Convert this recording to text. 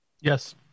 Yes